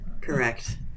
Correct